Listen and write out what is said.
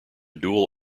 dual